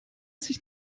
sich